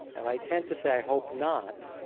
and i tend to say, i hope not